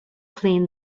clean